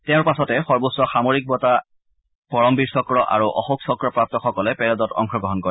তেওঁৰ পাছতে সৰ্বোচ্চ সামৰিক বঁটা পৰমবীৰ চক্ৰ আৰু অশোকচক্ৰপ্ৰাপ্তসকলে পেৰেডত অংশ গ্ৰহণ কৰে